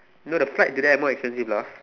you know the flight to there more expensive lah